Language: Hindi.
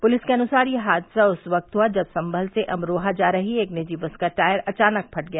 पुलिस के अनुसार यह हादसा उस वक्त हुआ जब संमल से अमरोहा जा रही एक निजी बस का टायर अचानक फट गया